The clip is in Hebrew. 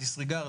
ה-disregard,